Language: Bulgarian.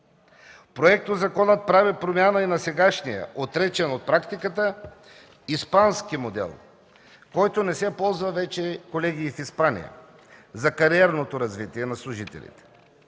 Проектозаконът прави промяна и на сегашния, отречен от практиката, испански модел, който не се ползва, колеги, вече и в Испания – за кариерното развитие на служителите.